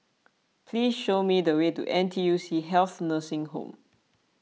please show me the way to N T U C Health Nursing Home